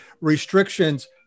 restrictions